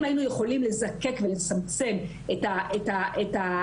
אם היינו יכולים לזקק ולצמצם את קבוצת